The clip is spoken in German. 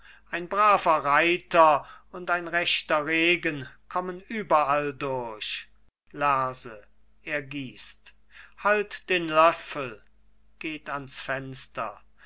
ein braver reiter und ein rechter regen kommen überall durch lerse er gießt halt den löffel